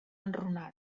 enrunat